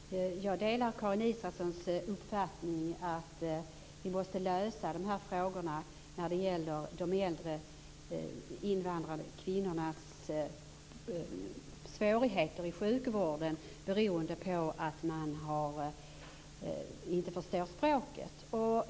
Fru talman! Jag delar Karin Israelssons uppfattning att vi måste lösa problemen med de äldre invandrarkvinnornas svårigheter i sjukvården, som beror på att de inte förstår språket.